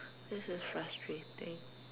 this is frustrating